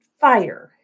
fire